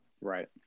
Right